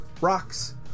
rocks